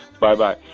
Bye-bye